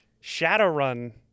Shadowrun